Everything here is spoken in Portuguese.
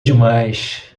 demais